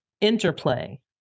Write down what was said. interplay